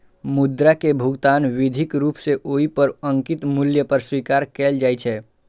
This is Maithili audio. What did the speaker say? मुद्रा कें भुगतान विधिक रूप मे ओइ पर अंकित मूल्य पर स्वीकार कैल जाइ छै